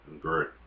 Great